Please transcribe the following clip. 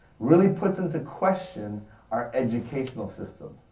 really puts into question our educational system.